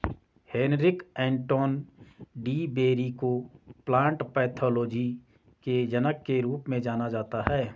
Heinrich Anton de Bary को plant pathology के जनक के रूप में जाना जाता है